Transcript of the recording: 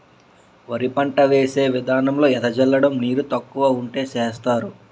వరి పంట వేసే విదానంలో ఎద జల్లడం నీరు తక్కువ వుంటే సేస్తరు